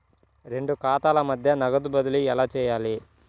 రెండు ఖాతాల మధ్య నగదు బదిలీ ఎలా చేయాలి?